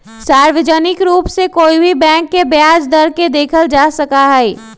सार्वजनिक रूप से कोई भी बैंक के ब्याज दर के देखल जा सका हई